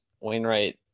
Wainwright